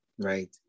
Right